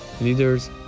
leaders